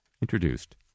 introduced